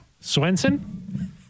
Swenson